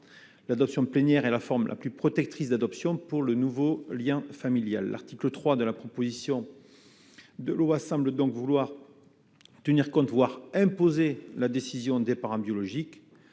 l'adoption plénière est la forme la plus protectrice d'adoption pour le nouveau lien familial, l'article 3 de la proposition de loi semble donc vouloir tenir compte voir imposer la décision des parents biologiques,